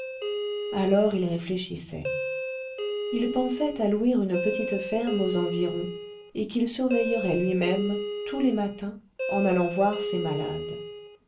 alors il réfléchissait il pensait à louer une petite ferme aux environs et qu'il surveillerait lui-même tous les matins en allant voir ses malades